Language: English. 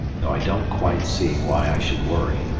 though i don't quite see why i should worry,